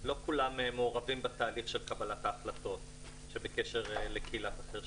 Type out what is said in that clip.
לא כולם מעורבים בתהליך קבלת ההחלטות בקשר לקהילת החירשים.